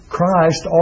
Christ